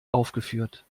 aufgeführt